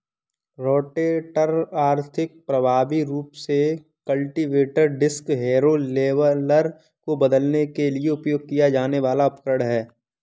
rotator आर्थिक, प्रभावी रूप से कल्टीवेटर, डिस्क हैरो, लेवलर को बदलने के लिए उपयोग किया जाने वाला उपकरण है